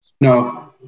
No